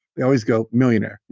they always go millionaire.